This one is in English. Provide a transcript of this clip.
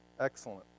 Excellent